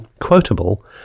quotable